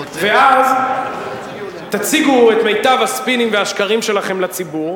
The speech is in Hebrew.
ואז תציגו את מיטב הספינים והשקרים שלכם לציבור,